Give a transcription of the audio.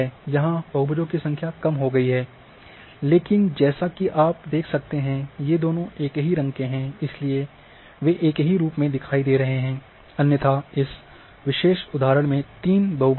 यहाँ बहुभजों की संख्या कम हो गयी है लेकिन जैसा कि आप देख सकते हैं कि ये दोनों एक ही रंग के हैं इसलिए वे एक ही रूप में दिखाई दे रहे हैं अन्यथा इस विशेष उदाहरण में तीन बहुभुज है